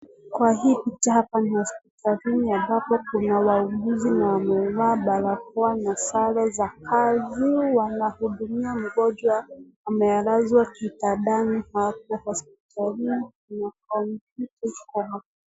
Kwa hii picha hapa ni hospitali ambapo kuna wauguzi na wamama, barakoa kwa nasare za kazi wanahudumia mgonjwa amelazwa kitanda hospitalini na komputa.